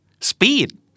Speed